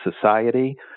society